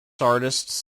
artists